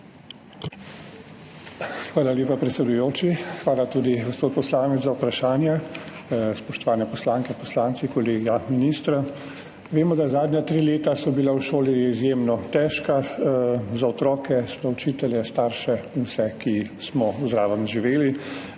Hvala lepa, predsedujoči. Hvala tudi, gospod poslanec, za vprašanje. Spoštovane poslanke, poslanci, kolega ministra! Vemo, da so bila zadnja tri leta v šoli izjemno težka za otroke, za učitelje, starše in vse, ki smo zraven živeli.